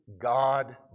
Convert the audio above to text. god